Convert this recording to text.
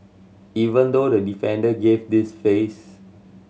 even though the defender gave this face